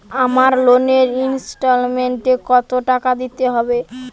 আমার লোনের ইনস্টলমেন্টৈ কত টাকা দিতে হবে?